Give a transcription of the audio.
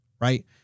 right